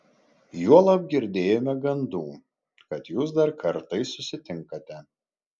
juolab girdėjome gandų kad jūs dar kartais susitinkate